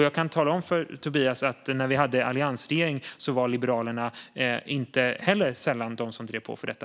Jag kan tala om för Tobias att även när vi hade en alliansregering var Liberalerna inte sällan de som drev på för detta.